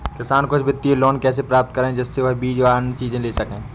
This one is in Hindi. किसान कुछ वित्तीय लोन कैसे प्राप्त करें जिससे वह बीज व अन्य चीज ले सके?